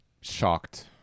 shocked